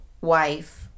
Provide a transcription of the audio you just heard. wife